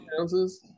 ounces